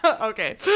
Okay